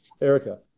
Erica